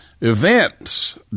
events